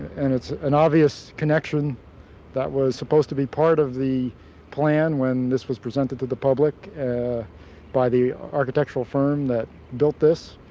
and it's an obvious connection that was supposed to be part of the plan when this was presented to the public by the architectural firm that built this,